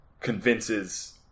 convinces